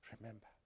Remember